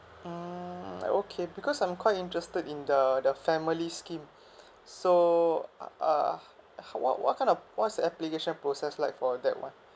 mmhmm okay because I'm quite interested in the the family scheme so uh uh how what what kind of what's the application process like for that one